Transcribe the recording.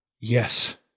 yes